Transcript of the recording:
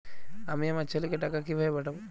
আমি আমার ছেলেকে টাকা কিভাবে পাঠাব?